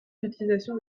d’utilisation